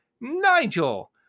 nigel